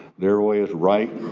their way is right,